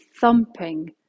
thumping